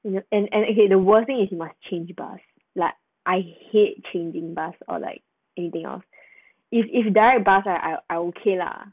and and okay the worst thing is you must change bus like I hate changing bus or like eating off if if direct bus I I okay lah